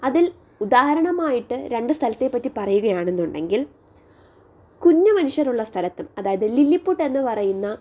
അതിൽ ഉദാഹരണമായിട്ട് രണ്ടു സ്ഥലത്തെ പറ്റി പറയുകയാണെന്നുണ്ടെങ്കിൽ കുഞ്ഞുമനുഷ്യരുള്ള സ്ഥലത്തും അതായത് ലില്ലിപുട്ട് എന്ന് പറയുന്ന